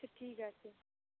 আচ্ছা ঠিক আছে